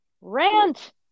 RANT